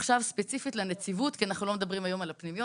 עכשיו ספציפית לנציבות כי אנחנו לא מדברים היום על הפנימיות,